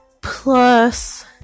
plus